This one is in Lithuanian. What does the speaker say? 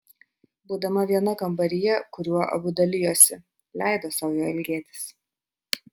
būdama viena kambaryje kuriuo abu dalijosi leido sau jo ilgėtis